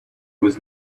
was